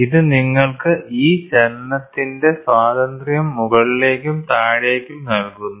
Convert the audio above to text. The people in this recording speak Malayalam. ഇത് നിങ്ങൾക്ക് ഈ ചലനത്തിന്റെ സ്വാതന്ത്ര്യം മുകളിലേക്കും താഴേക്കും നൽകുന്നു